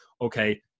okay